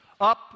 up